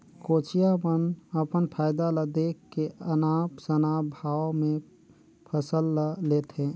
कोचिया मन अपन फायदा ल देख के अनाप शनाप भाव में फसल ल लेथे